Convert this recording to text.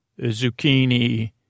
zucchini